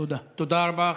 תודה.